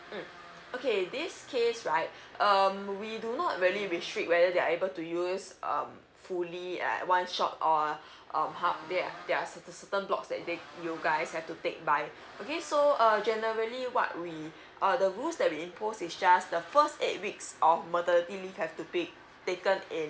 mm okay this case right um we do not really restrict whether they are able to use um fully at one shot or um how there are there are certain blocks that you guys have to take by okay so uh generally what we uh the rules that we impose is just the first eight weeks of maternity leave have to be taken in